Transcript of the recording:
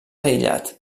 aïllat